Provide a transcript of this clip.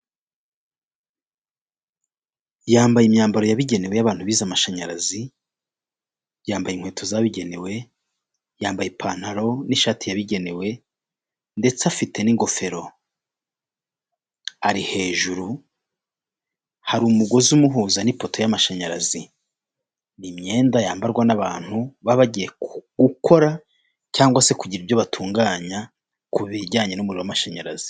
Yambaye imyambaro yabigenewe' abantu bize amashanyarazi, yambaye inkweto zabigenewe yambaye ipantaro n'ishati yabigenewe ndetse afite n'ingofero ari hejuru hari umugozi umuhuza n'ipoto y'amashanyarazi ni imyenda yambarwa n'abantu baba bagiye gukora cyangwa se kugira ibyo batunganya ku bijyanye n'umuriro w'amashanyarazi.